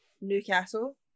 Newcastle